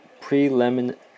preliminary